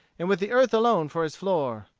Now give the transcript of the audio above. and with the earth alone for his floor.